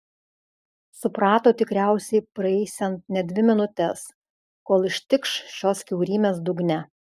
suprato tikriausiai praeisiant net dvi minutes kol ištikš šios kiaurymės dugne